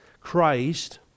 Christ